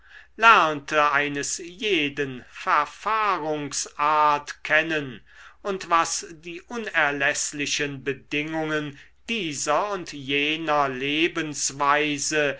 lernte eines jeden verfahrungsart kennen und was die unerläßlichen bedingungen dieser und jener lebensweise